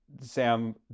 sam